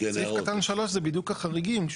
סעיף קטן (3) זה בדיוק החריגים,